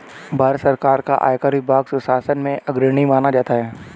भारत सरकार का आयकर विभाग सुशासन में अग्रणी माना जाता है